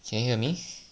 can you hear me